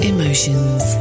Emotions